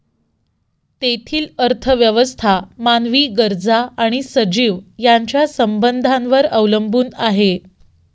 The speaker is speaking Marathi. तेथील अर्थव्यवस्था मानवी गरजा आणि सजीव यांच्या संबंधांवर अवलंबून आहे